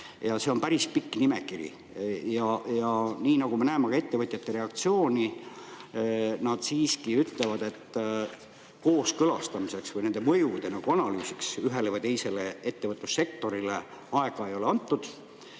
See on päris pikk nimekiri. Ja me näeme ettevõtjate reaktsiooni, nad ütlevad, et kooskõlastamiseks või nende mõjude analüüsiks ühele või teisele ettevõtlussektorile aega ei ole antud.